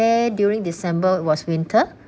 there during december was winter